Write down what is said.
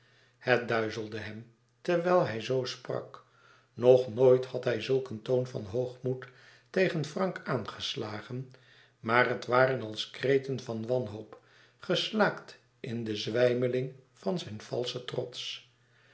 het duizelde hem terwijl hij zoo sprak nog nooit had hij zulk een toon van hoogmoed tegen frank aangeslagen maar het waren als kreten van wanhoop geslaakt in de zwijmeling van zijn valschen trots